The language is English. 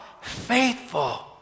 Faithful